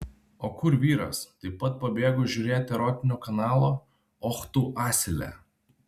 o kur vyras taip pat pabėgo žiūrėti erotinio kanalo och tu asile